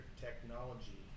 technology